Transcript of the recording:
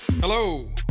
Hello